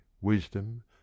wisdom